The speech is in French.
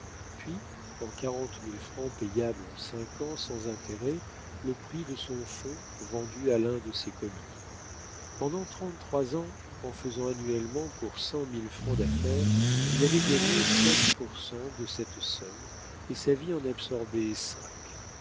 puis en quarante mille francs payables en cinq ans sans intérêt le prix de son fonds vendu à l'un de ses commis pendant trente-trois ans en faisant annuellement pour cent mille francs d'affaires il avait gagné sept pour cent de cette somme et sa vie en absorbait